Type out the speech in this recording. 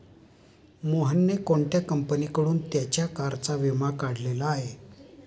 मोहनने कोणत्या कंपनीकडून त्याच्या कारचा विमा काढलेला आहे?